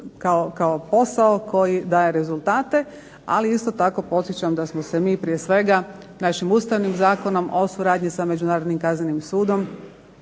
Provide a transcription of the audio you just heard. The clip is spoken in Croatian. kao posao koji daje rezultate, ali isto tako podsjećam da smo se mi prije svega našim Ustavnim Zakonom o suradnji sa Međunarodnim kaznenim sudom